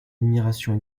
admiration